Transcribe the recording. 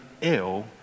ill